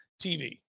TV